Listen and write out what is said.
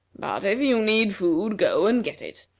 but if you need food, go and get it,